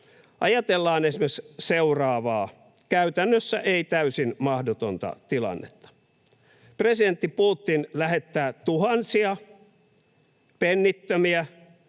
Ajatellaan esimerkiksi seuraavaa, käytännössä ei täysin mahdotonta tilannetta: Presidentti Putin lähettää tuhansia pennittömiä